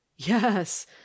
yes